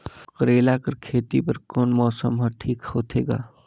करेला कर खेती बर कोन मौसम हर ठीक होथे ग?